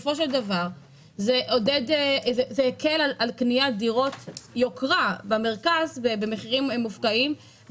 הוא שזה הקל על קניית דירות יוקרה במרכז במחירים מופקעים,